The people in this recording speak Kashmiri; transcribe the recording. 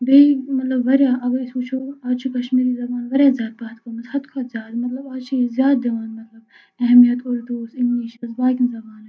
بیٚیہِ مطلب واریاہ اگر أسۍ وٕچھو آز چھِ کَشمیری زَبان واریاہ زیادٕ پہَتھ گٔمٕژ حَدٕ کھۄتہٕ زیادٕ مطلب آز چھِ أسۍ زیادٕ دِوان مطلب اہمیت اردوس اِنٛگلِشس باقیَن زَبانن